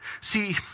See